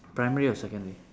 primary or secondary